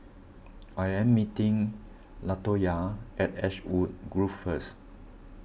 I am meeting Latoya at Ashwood Grove first